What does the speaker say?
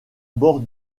bord